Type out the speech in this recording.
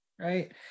Right